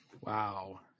Wow